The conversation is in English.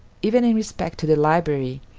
even in respect to the library,